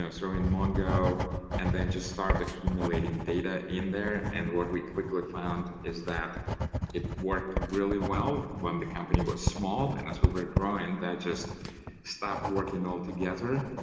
ah throw in mongo and then just start accumulating data in there. and what we quickly found is that it worked really well when the company was small. and as we were growing, that just stopped working altogether.